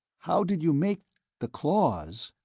how did you make the claws?